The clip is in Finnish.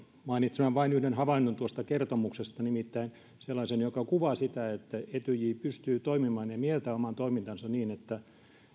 mainitsemaan vain yhden havainnon tuosta kertomuksesta nimittäin sellaisen joka kuvaa sitä että etyj pystyy toimimaan niin ja mieltää oman toimintansa niin että